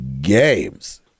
games